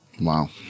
Wow